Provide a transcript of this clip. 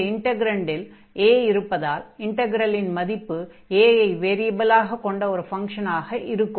இந்த இன்டக்ரன்டில் a இருப்பதால் இன்டக்ரலின் மதிப்பு a ஐ வேரியபிலாகக் கொண்ட ஒரு ஃபங்ஷன் ஆக இருக்கும்